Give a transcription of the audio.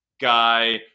guy